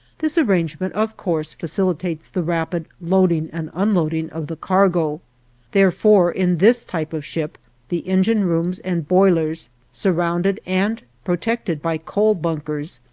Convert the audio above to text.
this arrangement, of course, facilitates the rapid loading and unloading of the cargo therefore, in this type of ship the engine rooms and boilers, surrounded and protected by coal bunkers,